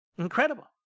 incredible